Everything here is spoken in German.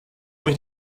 mich